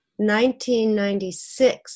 1996